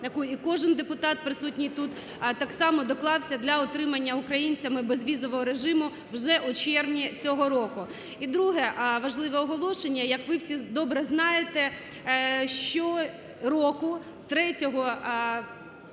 яку і кожен депутат, присутній тут, так само доклався для отримання українцями безвізового режиму вже у червні цього року. І друге, важливе оголошення. Як ви всі добре знаєте, щороку третього